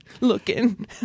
looking